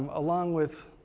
along with